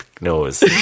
knows